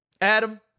Adam